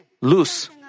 loose